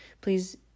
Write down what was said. Please